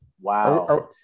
Wow